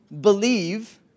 believe